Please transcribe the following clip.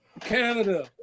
Canada